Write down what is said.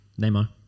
Neymar